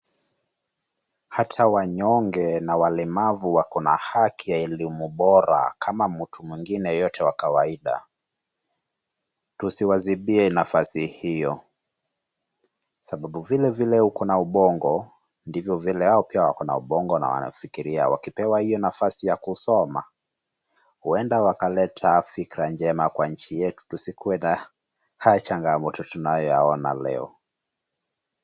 Hata wanyonge na walemavu wako na haki ya elimu bora kama mtu mwingine yeyote wa kawaida. Tusiwazibie nafasi hiyo sababu vilevile ukona ubongo ndivyo vile wao pia wakona ubongo na wanafikiria. Wakipewa hiyo nafasi ya kusoma huenda wakaleta fikra njema kwa nchi yetu tusikuwe na haya changamoto tunayoyaona leo.